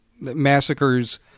massacres